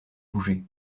bougé